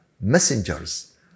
messengers